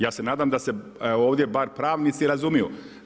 Ja se nadam da se ovdje bar pravnici razumiju.